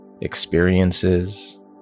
experiences